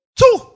Two